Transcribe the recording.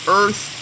earth